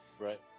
Right